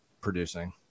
producing